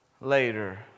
later